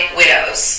widows